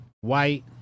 White